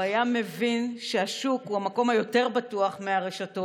הוא היה מבין שהשוק הוא מקום יותר בטוח מהרשתות,